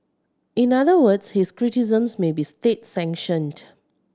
in other words his criticisms may be state sanctioned